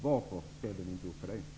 Varför ställer ni inte upp på det?